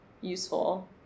useful